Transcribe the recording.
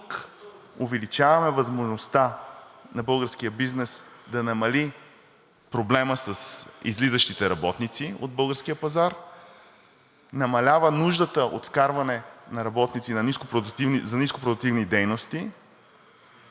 тук увеличаваме възможността на българския бизнес да намали проблема с излизащите работници от българския пазар. Намалява нуждата от вкарване на работници за нископродуктивни дейности.